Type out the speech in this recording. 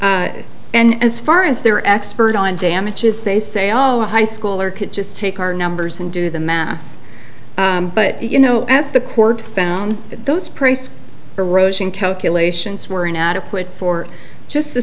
up and as far as their expert on damages they say oh a high schooler could just take our numbers and do the math but you know as the court found those price erosion calculations were inadequate for just the